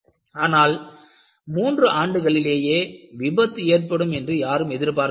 ஆனால் 3 ஆண்டுகளிலேயே விபத்து ஏற்படும் என்று யாரும் எதிர்பார்க்கவில்லை